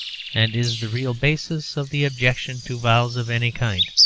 and is the real basis of the objection to vows of any kind.